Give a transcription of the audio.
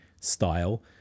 style